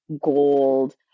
gold